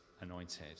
anointed